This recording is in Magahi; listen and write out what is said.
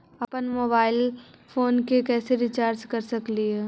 अप्पन मोबाईल फोन के कैसे रिचार्ज कर सकली हे?